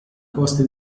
costi